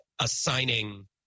assigning